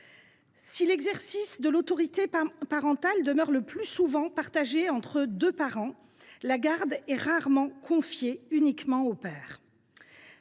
Si l’exercice de l’autorité parentale est, le plus souvent, partagé entre les deux parents, la garde est rarement confiée uniquement au père.